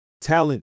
talent